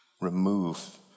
remove